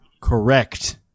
correct